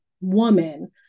woman